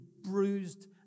bruised